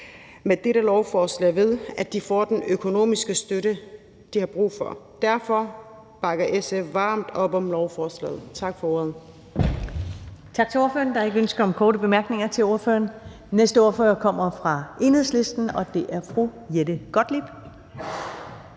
med dette lovforslag, ved at de får den økonomiske støtte, de har brug for. Derfor bakker SF varmt op om lovforslaget. Tak for ordet.